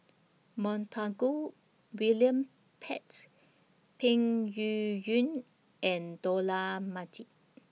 Montague William Pett Peng Yuyun and Dollah Majid